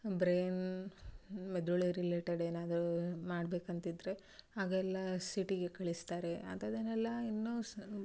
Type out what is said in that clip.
brain ಮೆದುಳು related ಏನಾದರು ಮಾಡ್ಬೇಕು ಅಂತಿದ್ರೆ ಆಗ ಎಲ್ಲಾ ಸಿಟಿಗೆ ಕಳಿಸ್ತಾರೆ ಅಂಥದನೆಲ್ಲಾ ಇನ್ನು ಸಹ